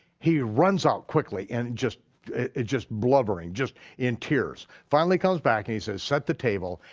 he runs out quickly, and just just blubbering, just in tears. finally comes back and he says set the table,